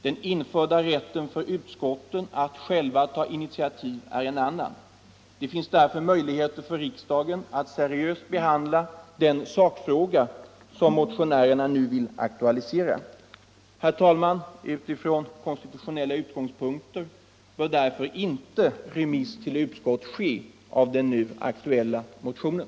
Den införda rätten för utskotten att själva ta initiativ är en annan. Det finns därför möjligheter för riksdagen att seriöst behandla den sakfråga som motionärerna nu vill aktualisera. Herr talman! Utifrån konstitutionella utgångspunkter bör därför inte remiss till utskott ske av den nu aktuella motionen.